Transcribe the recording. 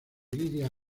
lidia